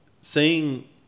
seeing